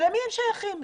למי הם שייכים?